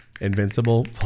Invincible